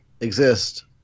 exist